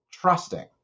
trusting